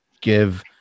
give